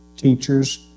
teachers